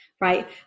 right